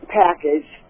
package